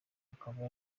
akaba